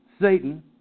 Satan